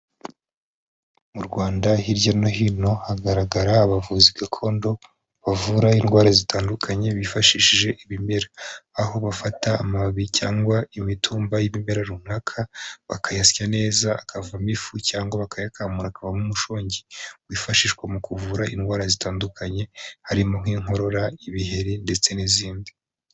Mu Rwanda hirya no hino, hagaragara abavuzi gakondo bavura indwara zitandukanye, bifashishije ibimera, aho bafata amababi cyangwa imitumba y'ibimera runaka, bakayasya neza akavamo ifu cyangwa bakayakamura akavamo umushongi, wifashishwa mu kuvura indwara zitandukanye, harimo nk'inkorora, ibiheri ndetse n'izindi.